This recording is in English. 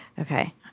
Okay